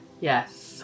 Yes